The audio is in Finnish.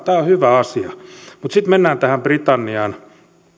tämä on hyvä asia mutta sitten mennään tähän britanniaan